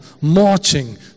marching